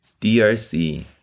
DRC